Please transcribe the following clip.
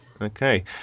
Okay